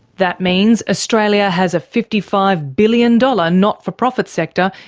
that means australia has a fifty five billion dollars not-for-profit sector,